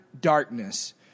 darkness